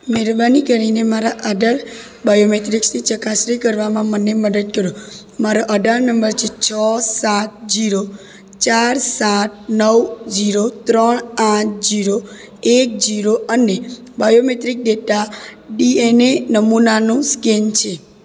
મહેરબાની કરીને મારા આધાર બાયોમેટ્રિક્સની ચકાસણી કરવામાં મને મદદ કરો મારો આધાર નંબર છે છ સાત જીરો ચાર સાત નવ જીરો ત્રણ આઠ જીરો એક જીરો અને બાયોમેટ્રિક ડેટા ડીએનએ નમૂનાનું સ્કેન છે